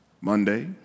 Monday